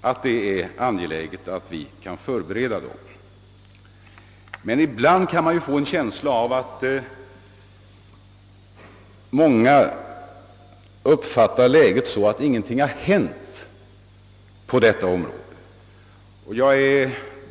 att det är angeläget att vi kan förbereda dem, men ibland kan man ju få en känsla av att en del uppfattar läget så, att ingenting har hänt på detta område.